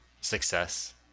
success